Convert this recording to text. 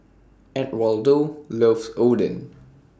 Edwardo loves Oden